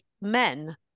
men